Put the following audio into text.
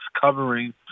covering